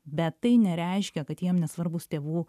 bet tai nereiškia kad jiem nesvarbus tėvų